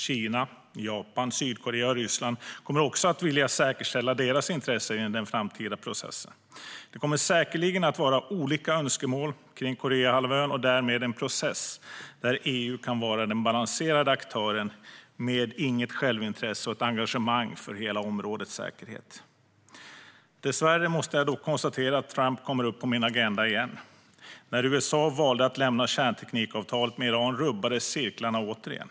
Kina, Japan, Sydkorea och Ryssland kommer också att vilja säkerställa sina intressen i den framtida processen. Det kommer säkerligen att vara olika önskemål kring Koreahalvön och därmed en process där EU kan vara den balanserade aktören med inget självintresse och ett engagemang för hela områdets säkerhet. Dessvärre måste jag konstatera att Trump kommer upp på min agenda igen. När USA valde att lämna kärnteknikavtalet med Iran rubbades cirklarna återigen.